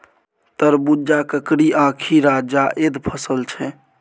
तरबुजा, ककरी आ खीरा जाएद फसल छै